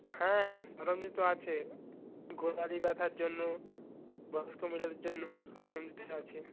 হ্যাঁ নরম জুতো আছে গোড়ালি ব্যথার জন্য বয়স্ক মহিলাদের জন্য সব রকম জুতোই আছে